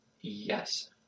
Yes